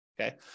okay